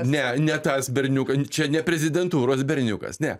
ne ne tas berniukas čia ne prezidentūros berniukas ne